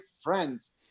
friends